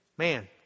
Man